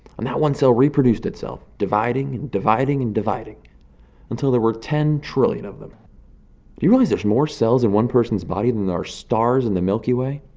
and that one cell reproduced itself, dividing, dividing and dividing until there were ten trillion of them. do you realize there's more cells in one person's body than there are stars in the milky way?